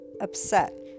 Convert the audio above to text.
upset